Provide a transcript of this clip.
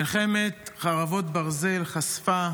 מלחמת חרבות ברזל חשפה